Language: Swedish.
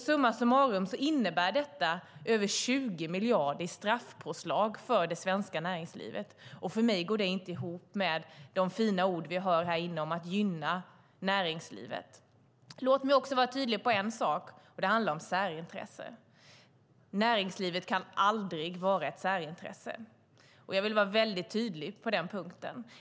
Summa summarum innebär detta över 20 miljarder i straffpåslag för det svenska näringslivet. För mig går det inte ihop med de fina ord vi hör här i kammaren om att gynna näringslivet. Låt mig också vara tydlig om en sak. Det handlar om särintresse. Näringslivet kan aldrig vara ett särintresse. Jag vill vara väldigt tydlig på den punkten.